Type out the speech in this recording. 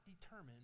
determine